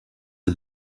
are